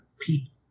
people